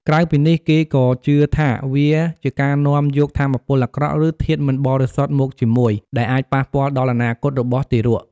ក្រៅពីនេះ គេក៏ជឿថាវាជាការនាំយកថាមពលអាក្រក់ ឬធាតុមិនបរិសុទ្ធមកជាមួយ ដែលអាចប៉ះពាល់ដល់អនាគតរបស់ទារក។